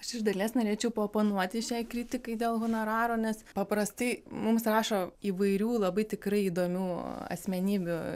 aš iš dalies norėčiau paoponuoti šiai kritikai dėl honoraro nes paprastai mums rašo įvairių labai tikrai įdomių asmenybių